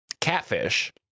Catfish